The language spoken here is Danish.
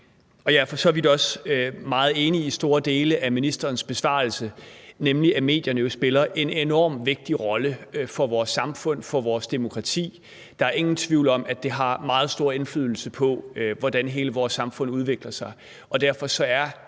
Jeg er for så vidt også meget enig i store dele af ministerens besvarelse, nemlig at medierne jo spiller en enorm vigtig rolle for vores samfund, for vores demokrati. Der er ingen tvivl om, at det har meget stor indflydelse på, hvordan hele vores samfund udvikler sig.